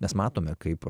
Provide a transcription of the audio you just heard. mes matome kaip